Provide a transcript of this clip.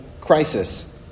crisis